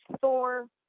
Thor